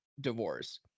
divorce